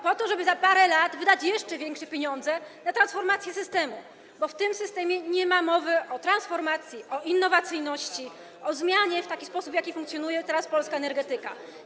Po to, żeby za parę lat wydać jeszcze większe pieniądze na transformację systemu, bo w tym systemie nie ma mowy o transformacji, o innowacyjności, o zmianie w taki sposób, w jaki funkcjonuje teraz polska energetyka.